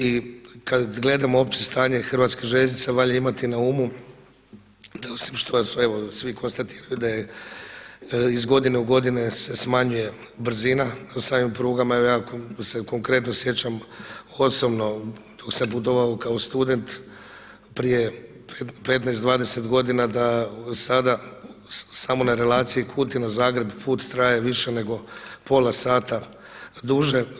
I kad gledamo opće stanje Hrvatskih željeznica valja imati na umu da osim što su evo svi konstatirali da je iz godine u godinu se smanjuje brzina na samim prugama evo ja se konkretno sjećam osobno dok sam putovao kao student prije 15, 20 godina da sada samo na relaciji Kutina-Zagreb put traje više nego pola sata duže.